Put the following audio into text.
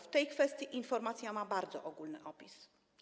W tej kwestii informacja ma bardzo ogólny opis.